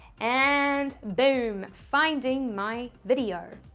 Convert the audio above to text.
and boom. finding my video.